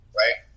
right